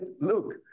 look